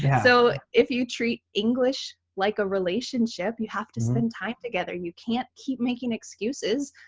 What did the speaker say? so if you treat english like a relationship, you have to spend time together. you can't keep making excuses.